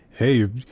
hey